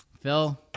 Phil